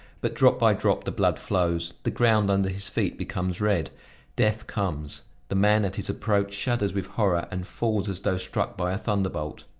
but drop by drop the blood flows, the ground under his feet becomes red death comes the man, at his approach, shudders with horror and falls as though struck by a thunderbolt.